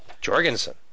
Jorgensen